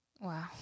Wow